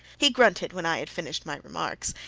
he grunted when i had finished my remarks,